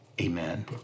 Amen